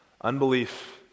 Unbelief